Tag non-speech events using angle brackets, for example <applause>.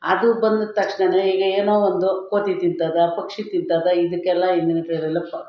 ಅದು ಬಂದ ತಕ್ಷಣನೇ ಈಗ ಏನೋ ಒಂದು ಕೋತಿ ತಿಂತದ ಪಕ್ಷಿ ತಿಂತದ ಇದಕ್ಕೆಲ್ಲ ಇಂದಿನ <unintelligible>